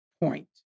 point